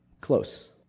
Close